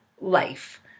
life